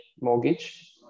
mortgage